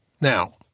Now